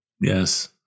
Yes